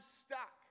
stuck